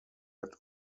had